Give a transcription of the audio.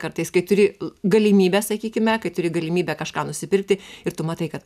kartais kai turi galimybę sakykime kai turi galimybę kažką nusipirkti ir tu matai kad